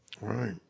Right